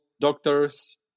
doctors